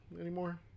anymore